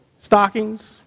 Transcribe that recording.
Stockings